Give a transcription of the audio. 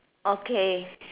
okay